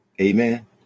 Amen